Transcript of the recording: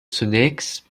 zunächst